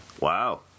Wow